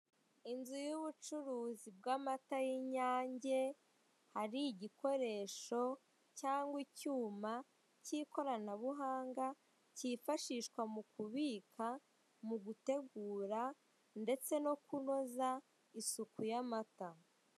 Inzu y'ubucuruzi bw'amata y'inyange, hari igikoresho cyangwa icyuma k'ikoranabuhanga kifashishwa mu kubika mu gutegura ndetse no kunoza isuku y'amata.